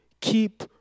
Keep